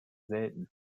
selten